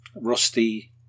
Rusty